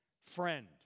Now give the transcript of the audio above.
friend